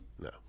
No